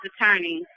Attorney